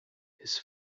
this